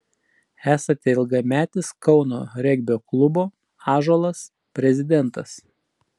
esate ilgametis kauno regbio klubo ąžuolas prezidentas